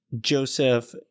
Joseph